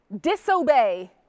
disobey